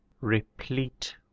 replete